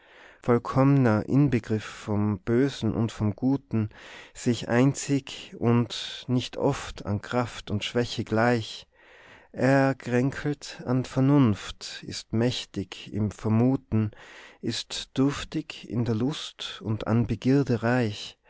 vollkommner inbegriff vom bösen und vom guten sich einzig und nicht oft an kraft und schwäche gleich er kränkelt an vernunft ist mächtig im vermuten ist dürftig in der lust und an begierde reich